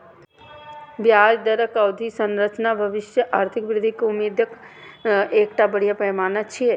ब्याज दरक अवधि संरचना भविष्यक आर्थिक वृद्धिक उम्मीदक एकटा बढ़िया पैमाना छियै